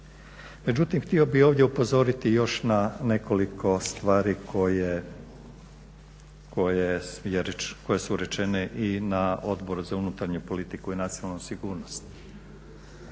Međutim, htio bih ovdje upozoriti još na nekoliko stvari koje su rečene i na Odboru za unutarnju politiku i nacionalnu sigurnost.